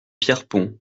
pierrepont